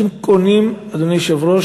אדוני היושב-ראש,